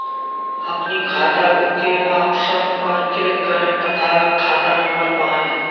अपनी खाताबुक के ऑप्शन पर क्लिक करें तथा खाता नंबर पाएं